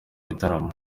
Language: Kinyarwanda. bitaramo